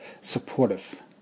supportive